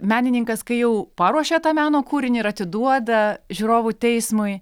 menininkas kai jau paruošia tą meno kūrinį ir atiduoda žiūrovų teismui